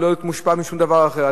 ולא להיות מושפע משום דבר אחר.